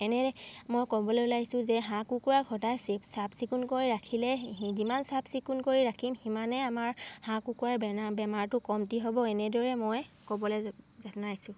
এনে মই ক'বলৈ ওলাইছোঁ যে হাঁহ কুকুৰাক সদায় চাফ চিকুণ কৰি ৰাখিলে যিমান চাফ চিকুণ কৰি ৰাখিম সিমানেই আমাৰ হাঁহ কুকুৰাৰ বেমাৰটো কমটি হ'ব এনেদৰে মই ক'বলৈ জনাইছোঁ